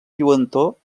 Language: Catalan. lluentor